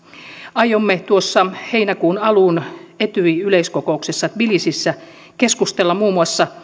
aiomme heinäkuun alun etyj yleiskokouksessa tbilisissä keskustella muun muassa